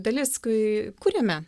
dalis kai kuriame